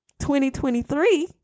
2023